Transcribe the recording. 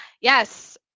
yes